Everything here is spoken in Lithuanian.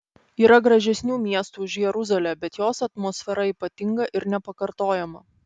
yra gražesnių miestų už jeruzalę bet jos atmosfera ypatinga ir nepakartojama